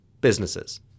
businesses